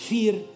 Fear